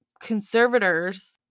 conservators